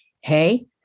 Hey